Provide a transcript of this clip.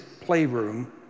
playroom